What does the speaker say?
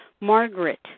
Margaret